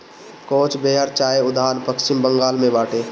कोच बेहर चाय उद्यान पश्चिम बंगाल में बाटे